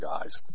guys